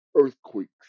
earthquakes